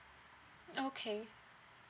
okay